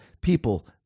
People